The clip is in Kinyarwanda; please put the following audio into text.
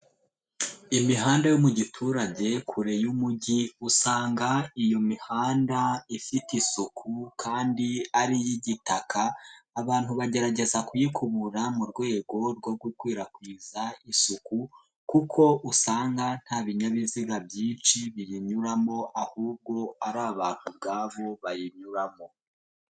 Imihanda yo mu giturage kure y'umugi usanga iyo mihanda ifite isuku kandi ari iy'igitaka, abantu bagerageza kuyikubura mu rwego rwo gukwirakwiza isuku kuko usanga nta binyabiziga byinshi biyinyuramo ahubwo ari abantu ubwabo bayinyuramo.